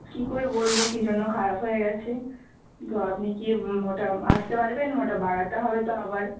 কী করে বলবো কী জন্য খারাপ হয়ে গেছে তো আপনি কি ওটা আসতে পারবেন ওটা বাগাতে হবে তো আবার